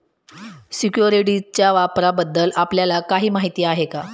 सिक्युरिटीजच्या व्यापाराबद्दल आपल्याला काही माहिती आहे का?